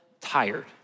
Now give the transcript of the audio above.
tired